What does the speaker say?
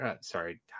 sorry